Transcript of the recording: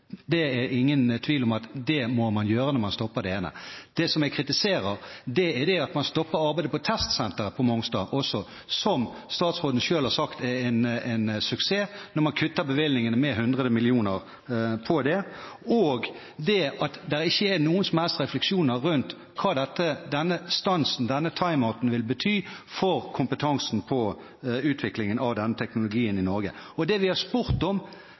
Det er ingen tvil om at man må gjøre det når man stopper det ene. Det jeg kritiserer, er at man stopper arbeidet på testsenteret på Mongstad også, som statsråden selv har sagt er en suksess, at man kutter bevilgningene til det med 100 mill. kr, og at det ikke er noen som helst refleksjoner rundt hva denne stansen og «time outen» vil bety for kompetansen på utviklingen av denne teknologien i Norge. Vi har kort og godt spurt om